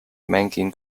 mängin